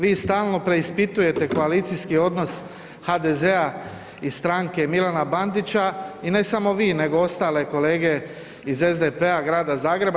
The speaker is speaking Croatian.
Vi stalno preispitujete koalicijski odnos HDZ-a i stranke Milana Bandića i ne samo vi, nego i ostale kolege iz SDP-a Grada Zagreba.